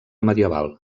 medieval